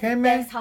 can meh